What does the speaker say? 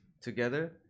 together